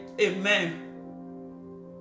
Amen